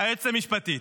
היועצת המשפטית.